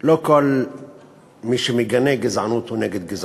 לא כל מי שמגנה גזענות הוא נגד גזענות.